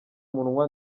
munwa